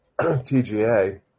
TGA